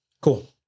cool